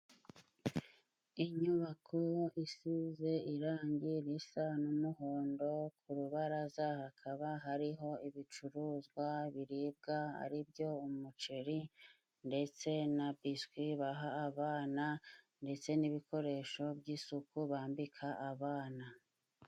Inyubako isize irange risa n'umuhondo, ku rubaraza hakaba hariho ibicuruzwa biribwa aribyo: umuceri ndetse na biswi baha abana, ndetse n'ibikoresho by'isuku bambika abana.